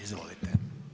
Izvolite.